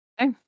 Okay